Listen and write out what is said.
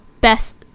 best